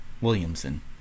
Williamson